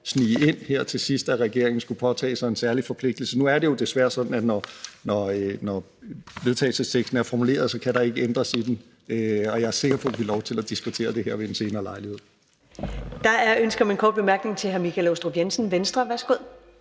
snige ind, at regeringen skulle påtage sig en særlig forpligtelse. Nu er det jo desværre sådan, at når vedtagelsesteksten er formuleret, kan der ikke ændres i den, og jeg er sikker på, at vi får lov til at diskutere det her ved en senere lejlighed.